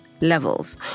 levels